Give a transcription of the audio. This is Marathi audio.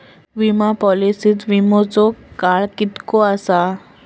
विमा पॉलिसीत विमाचो वेळ कीतको आसता?